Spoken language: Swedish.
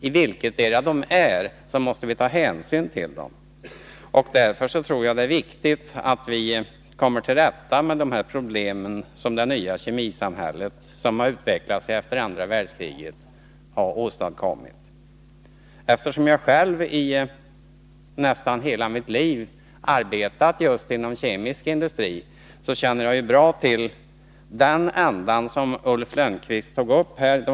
Hur det än förhåller sig, måste vi ta hänsyn till vad människorna känner. Därför är det viktigt att vi kommer till rätta med de problem som det nya kemisamhället, vilket har utvecklats efter andra världskriget, har åstadkommit. Jag har själv i nästan hela mitt liv arbetat just inom den kemiska industrin, och därför känner jag väl till den sida av problemet som Ulf Lönnqvist här tog upp.